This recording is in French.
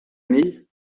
famille